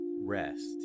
rest